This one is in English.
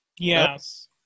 Yes